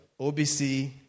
OBC